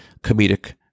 comedic